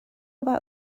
about